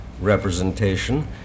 representation